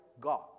God